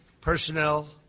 personnel